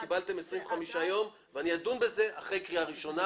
קיבלתם 25 ימים ואני אדון בזה אחרי קריאה ראשונה,